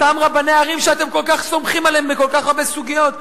אותם רבני ערים שאתם כל כך סומכים עליהם בכל כך הרבה סוגיות,